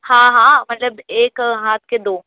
ہاں ہاں مطلب ایک ہاتھ کے دو